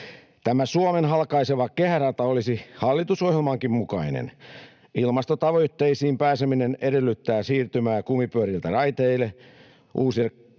Tämä Suomen halkaiseva kehärata olisi hallitusohjelmankin mukainen. Ilmastotavoitteisiin pääseminen edellyttää siirtymää kumipyöriltä raiteille. Uusi